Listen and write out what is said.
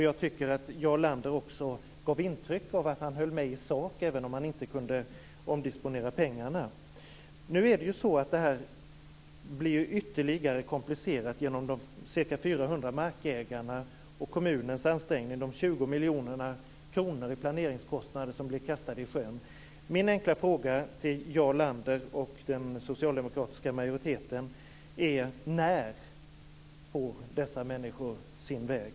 Jag tycker att Jarl Lander gav intryck av att han höll med i sak, även om han inte kunde omdisponera pengarna. Detta blir ytterligare komplicerat genom de ca 400 markägarna och kommunens ansträngningar. Det rör sig om 20 miljoner i planeringskostnader som blir kastade i sjön. Min enkla fråga till Jarl Lander och den socialdemokratiska majoriteten är: När får dessa människor sin väg?